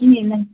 کِہیٖنۍ نہٕ